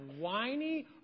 whiny